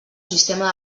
sistema